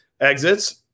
exits